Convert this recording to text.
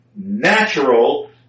natural